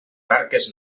barques